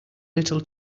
little